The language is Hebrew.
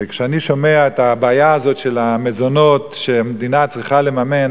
כשאני שומע על הבעיה הזאת של המזונות שמדינה צריכה לממן,